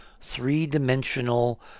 three-dimensional